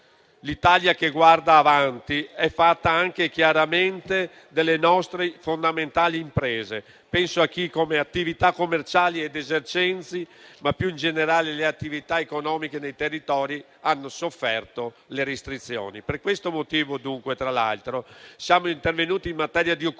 L'Italia che guarda avanti è fatta anche, chiaramente, delle nostre fondamentali imprese. Penso alle attività commerciali e agli esercenti, ma più in generale alle attività economiche dei territori che hanno sofferto le restrizioni. Per questo motivo, tra l'altro, siamo intervenuti in materia di occupazione